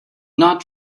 not